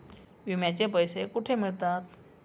विम्याचे पैसे कुठे मिळतात?